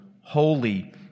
Holy